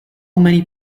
many